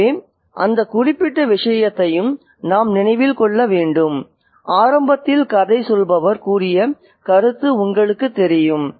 எனவே அந்த குறிப்பிட்ட விஷயத்தையும் நாம் நினைவில் கொள்ள வேண்டும் ஆரம்பத்தில் கதை சொல்பவர் கூறிய கருத்து உங்களுக்குத் தெரியும்